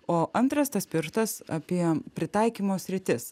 o antras tas pirštas apie pritaikymo sritis